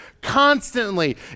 constantly